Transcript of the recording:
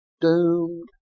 doomed